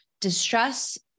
distress